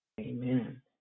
Amen